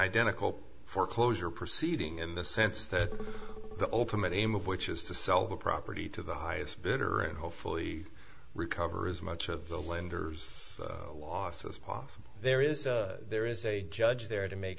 identical foreclosure proceeding in the sense that the ultimate aim of which is to sell the property to the highest bidder and hopefully recover as much of the lenders loss as possible there is there is a judge there to make